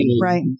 right